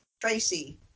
Tracy